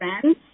friends